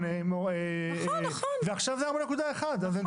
מיליון שקל ועכשיו היא 4.1 מיליון שקל,